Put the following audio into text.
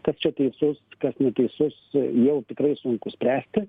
kas čia teisus kas neteisus jau tikrai sunku spręsti